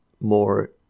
more